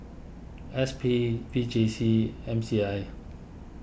S P V J C M C I